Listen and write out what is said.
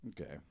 okay